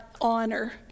honor